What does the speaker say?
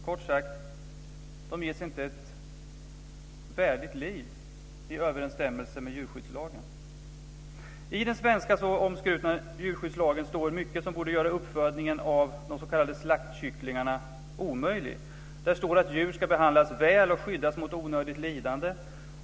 Kort sagt: De ges inte ett värdigt liv i överensstämmelse med djurskyddslagen. I den svenska så omskrutna djurskyddslagen står mycket som borde göra uppfödningen av de s.k. slaktkycklingarna omöjlig. Där står att djur ska behandlas väl och skyddas mot onödigt lidande.